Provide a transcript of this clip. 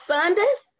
Sundays